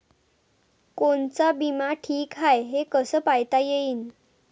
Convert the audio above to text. कोनचा बिमा ठीक हाय, हे कस पायता येईन?